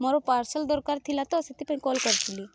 ମୋର ପାର୍ସଲ ଦରକାର ଥିଲା ତ ସେଥିପାଇଁ କଲ କରିଥିଲି